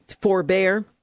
forbear